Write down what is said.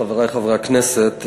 חברי חברי הכנסת,